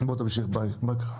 בוא תמשיך בהקראה.